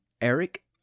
Eric